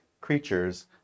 creatures